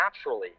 naturally